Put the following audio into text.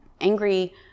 angry